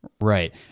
Right